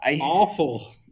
Awful